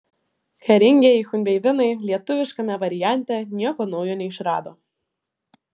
karingieji chunveibinai lietuviškame variante nieko naujo neišrado